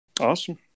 Awesome